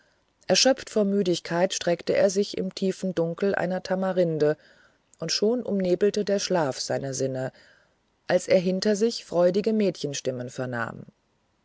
erschöpft vor müdigkeit streckte er sich im tiefen dunkel einer tamarinde und schon umnebelte der schlaf seine sinne als er hinter sich freudige mädchenstimmen vernahm